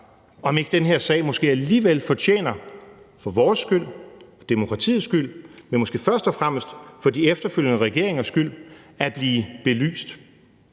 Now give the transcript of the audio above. om ikke den her sag måske alligevel for vores skyld og for demokratiets skyld, men måske først og fremmest for de efterfølgende regeringers skyld fortjener at blive belyst.